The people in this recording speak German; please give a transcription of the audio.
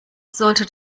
sollte